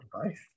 advice